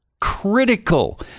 critical